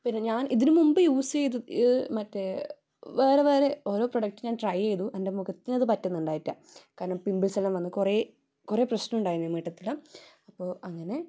പിന്നെ ഞാൻ ഇതിനു മുൻപ് യൂസ് ചെയ്തത് മറ്റേ വേറെ വേറെ ഓരോ പ്രൊഡക്റ്റ് ഞാൻ ട്രൈ ചെയ്തു എൻ്റെ മുഖത്തിനത് പറ്റുന്നുണ്ടായ്റ്റ കാരണം പിമ്പിൾസെല്ലാം വന്ന് കുറേ കുറേ പ്രശ്നമുണ്ടായിന് മീട്ടത്തെല്ലാം അപ്പോൾ അങ്ങനെ